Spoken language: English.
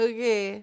Okay